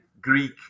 greek